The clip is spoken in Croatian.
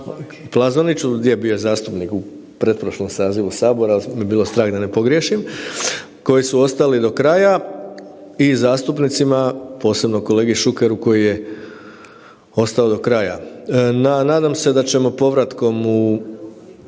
Plazoniću gdje je bio zastupnik u pretprošlom sazivu Sabora, ali me je bilo strah da ne pogriješim, koji su ostali do kraja i zastupnicima, posebno kolegi Šukeru koji je ostao do kraja. Nadam se da ćemo povratkom u